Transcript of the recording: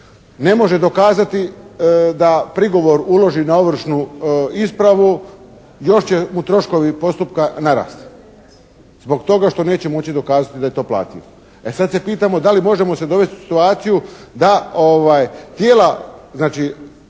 Ne može dokazati da prigovor uloži na ovršnu ispravu, još će mu troškovi postupka narasti zbog toga što neće moći dokazati da je to platio. E sad se pitamo da li možemo se dovesti u situaciju da tijela,